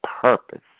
purpose